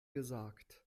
gesagt